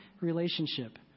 relationship